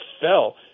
fell